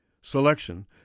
selection